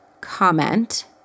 comment